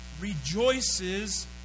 rejoices